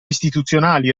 istituzionali